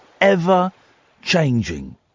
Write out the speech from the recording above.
ever-changing